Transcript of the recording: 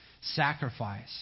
sacrifice